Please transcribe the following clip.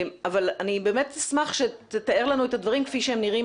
אבל אני אשמח שתתאר לנו את הדברים כפי שהם נראים